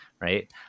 right